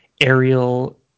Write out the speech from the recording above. aerial